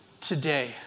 today